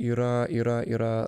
yra yra yra